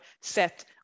set